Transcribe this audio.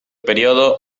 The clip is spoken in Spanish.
período